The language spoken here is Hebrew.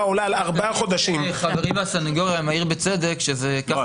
העולה על ארבעה חודשים --- חברי מהסניגוריה מעיר בצדק שחבל